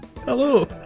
Hello